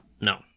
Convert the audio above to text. No